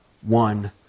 one